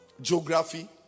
geography